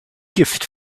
gift